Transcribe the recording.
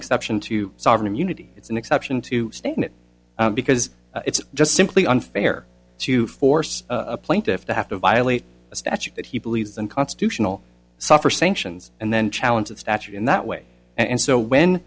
exception to sovereign immunity it's an exception to state it because it's just simply unfair to force a plaintiff to have to violate a statute that he believes and constitutional suffer sanctions and then challenge that statute in that way and so when